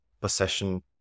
possession